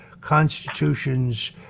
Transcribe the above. Constitution's